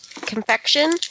confection